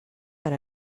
per